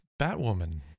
Batwoman